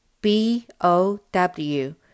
B-O-W